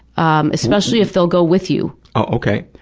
especially if they'll go with you. oh, okay.